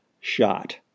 shot